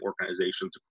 organizations